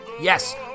Yes